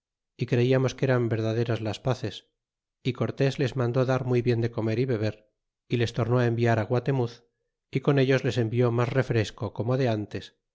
é creiamos que eran verdaderas las paces y cortés les mandé dar muy bien de comer y beber y les tornó enviar guatemuz y con ellos les envió mas refresco como de ntes